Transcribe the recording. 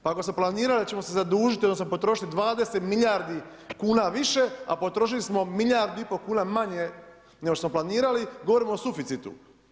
Pa ako smo planirali da ćemo se zadužiti odnosno potrošiti 20 milijardi kuna više, a potrošili smo milijardu i pol kuna manje nego što smo planirali, govorimo o suficitu.